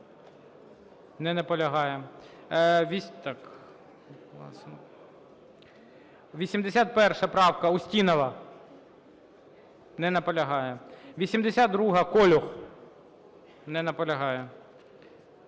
Не наполягає. 81 правка, Устінова. Не наполягає. 82-а, Колюх. Не наполягає.